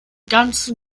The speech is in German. ganzen